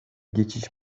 geçiş